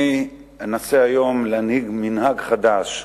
אני אנסה היום להנהיג מנהג חדש,